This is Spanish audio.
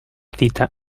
cita